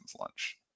lunch